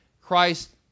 Christ